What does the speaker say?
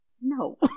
no